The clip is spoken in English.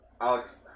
Alex